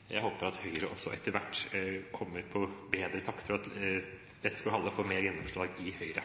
jeg synes det er et godt forslag, og jeg håper at Høyre også etter hvert kommer på bedre tanker, og at Westgaard-Halle får mer gjennomslag i Høyre.